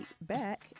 back